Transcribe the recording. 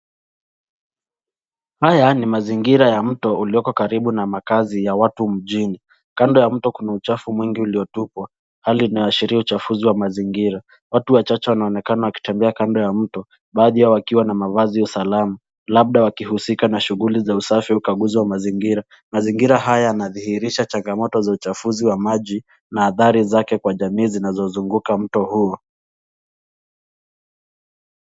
Haya ni mazingira ya mto ulioko karibu na makazi ya watu mjini. Kando ya mto kuna uchafu mwingi uliotupwa, hali inayoashiria uchafuzi wa mazingira. Watu wachache wanaonekana wakitembea kando ya mto baadhi yao wakiwa na mavazi ya usalama labda wakihusika na shughuli za usafi au ukaguzi wa mazingira. Mazingira haya yanadhihirisha changamoto za uchafuzi wa maji na athari zake kwa jamii zinazozunguka mto huu.